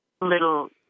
little